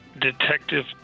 Detective